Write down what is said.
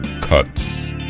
cuts